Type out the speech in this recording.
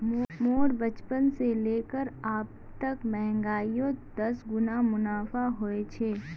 मोर बचपन से लेकर अब तक महंगाईयोत दस गुना मुनाफा होए छे